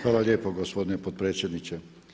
Hvala lijepo gospodine potpredsjedniče.